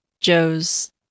Joe's